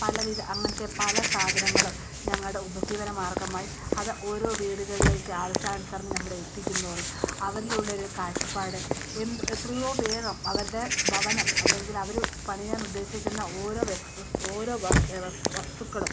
പലവിധ അങ്ങനത്തെ പല സാധനങ്ങളും ഞങ്ങളുടെ ഉപജീവന മാർഗ്ഗമായി അത് ഓരോ വീടുകളിലേക്ക് ആവശ്യാനുസരണം ഞമ്മൾ എത്തിക്കുന്തോറും അവരിലുള്ള ഒരു കാഴ്ചപ്പാട് എന്ത് എത്രയോ വേഗം അവരുടെ ഭവനം അല്ലെങ്കിൽ അവർ പണിയാൻ ഉദ്ദേശിക്കുന്ന ഓരോ ഓരോ വസ്തുക്കളും